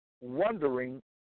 wondering